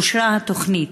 אושרה התוכנית.